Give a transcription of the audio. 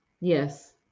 Yes